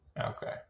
Okay